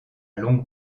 longue